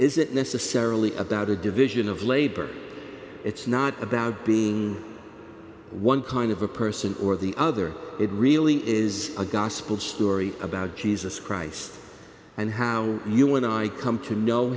isn't necessarily about a division of labor it's not about being one kind of a person or the other it really is a gospel story about jesus christ and how you and i come to know